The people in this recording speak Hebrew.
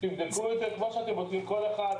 תבדקו את זה כמו שאתם בודקים כל אחד,